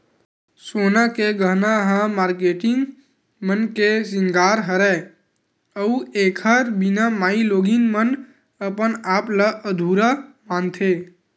सोना के गहना ह मारकेटिंग मन के सिंगार हरय अउ एखर बिना माइलोगिन मन अपन आप ल अधुरा मानथे